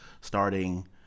starting